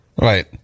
Right